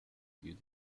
give